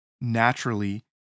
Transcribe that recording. naturally